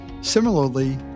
Similarly